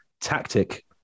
tactic